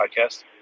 Podcast